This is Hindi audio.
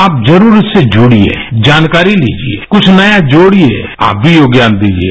आप जरूर इससे जूडिये जानकारी लिजिये कुछ नया जोडिये आप भी योगदान दीजिये